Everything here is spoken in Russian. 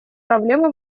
проблемы